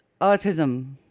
autism